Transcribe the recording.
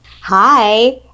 Hi